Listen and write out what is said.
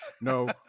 no